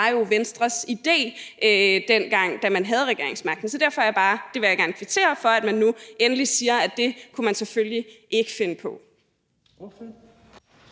det var jo Venstres idé, dengang man havde regeringsmagten. Så jeg vil gerne kvittere for, at man nu endelig siger, at det kunne man selvfølgelig ikke finde på.